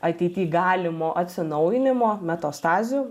ateity galimo atsinaujinimo metastazių